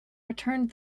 returned